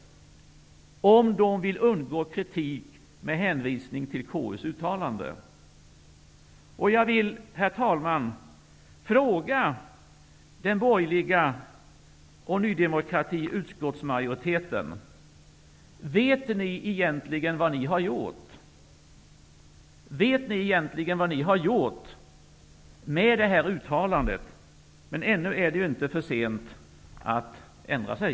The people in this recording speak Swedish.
Herr talman! Jag vill fråga utskottsmajoriteten, som består av de borgerliga och Ny demokrati: Vet ni egentligen vad ni har gjort genom detta uttalande? Men ännu är det inte för sent att ändra sig!